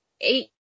eight